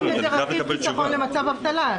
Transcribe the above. קוראים לזה רכיב חיסכון למצב אבטלה.